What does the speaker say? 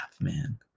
man